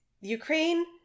Ukraine